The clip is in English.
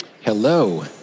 Hello